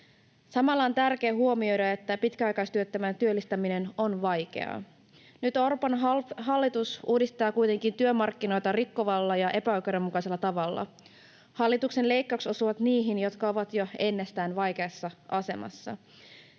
Samalla on tärkeää huomioida, että pitkäaikaistyöttömän työllistäminen on vaikeaa. Nyt Orpon hallitus uudistaa kuitenkin työmarkkinoita rikkovalla ja epäoikeudenmukaisella tavalla. Hallituksen leikkaukset osuvat niihin, jotka ovat jo ennestään vaikeassa asemassa.